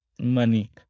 money